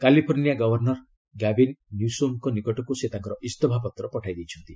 California governor Gavin ନ୍ୟୁସୋମଙ୍କ ନିକଟକୁ ସେ ତାଙ୍କର ଇସ୍ତଫାପତ୍ର ପଠାଇ ଦେଇଛନ୍ତି